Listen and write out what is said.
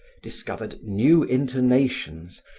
discovered new intonations,